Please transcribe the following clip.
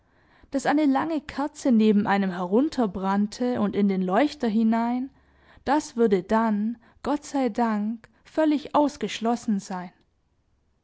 daß eine lange kerze neben einem herunterbrannte und in den leuchter hinein das würde dann gott sei dank völlig ausgeschlossen sein